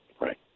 right